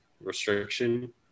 restriction